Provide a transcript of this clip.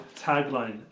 tagline